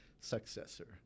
successor